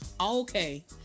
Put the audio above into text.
Okay